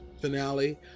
finale